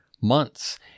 months